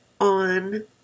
on